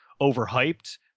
overhyped